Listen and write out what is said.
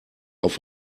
auf